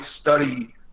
study